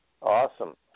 Awesome